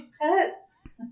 pets